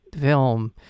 film